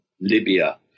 Libya